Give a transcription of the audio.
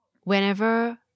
whenever